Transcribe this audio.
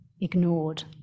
ignored